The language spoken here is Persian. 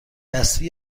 دستی